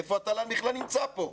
איפה התל"ן בכלל נמצא פה?